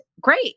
Great